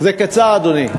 זה קצר, אדוני.